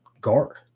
guard